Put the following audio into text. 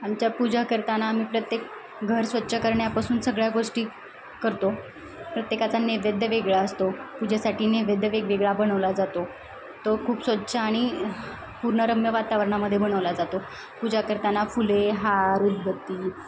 आमच्या पूजा करताना आम्ही प्रत्येक घर स्वच्छ करण्यापासून सगळ्या गोष्टी करतो प्रत्येकाचा नैवेद्य वेगळा असतो पूजेसाठी नैवेद्य वेगवेगळा बनवला जातो तो खूप स्वच्छ आणि पूर्ण रम्य वातावरणामध्ये बनवला जातो पूजा करताना फुले हार उदबत्ती